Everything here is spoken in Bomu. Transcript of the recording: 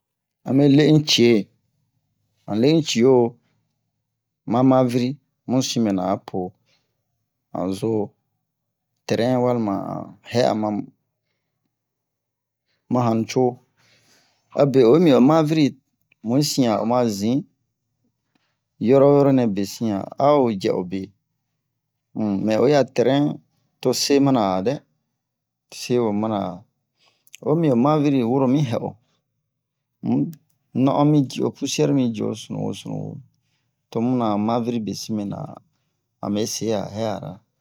ame le un'cie an le un'cio man maviri mu sin mɛna apo an zo train walima an hɛ'a ma han'nouco abe oyi o maviri mu'i ci'a oma zin yorowo yoro nɛ besin a a'o djɛ obe um mɛ oyi a train to se mana a dɛ se wo mana a omi o maviri woro mi hɛ'o um non'on mi ji'o poussière mi ji'o sunuwo sunuwo tomu na han maviri besin mɛna an we se a hɛ'ara